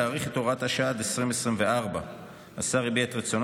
להאריך את הוראת השעה עד אמצע שנת 2024. השר הביע רצון